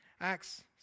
Acts